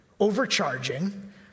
overcharging